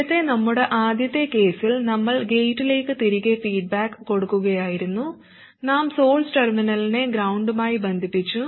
നേരത്തെ നമ്മുടെ ആദ്യത്തെ കേസിൽ നമ്മൾ ഗേറ്റിലേക്ക് തിരികെ ഫീഡ്ബാക്ക് കൊടുക്കുകയായിരുന്നു നാം സോഴ്സ് ടെർമിനലിനെ ഗ്രൌണ്ടുമായി ബന്ധിപ്പിച്ചു